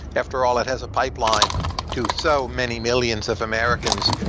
after all, it has a pipeline to so many millions of americans.